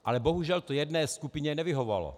Ale bohužel to jedné skupině nevyhovovalo.